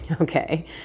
Okay